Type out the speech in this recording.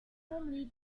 calmly